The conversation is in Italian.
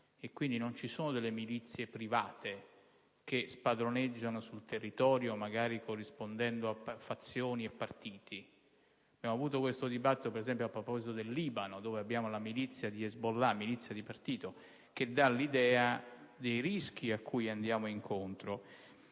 Quindi, non ci sono delle milizie private che spadroneggiano sul territorio, magari corrispondendo a fazioni e partiti. Il tema è stato affrontato a proposito del Libano, dopo opera la milizia di Hezbollah, una milizia di partito, che dà l'idea dei rischi cui andiamo incontro.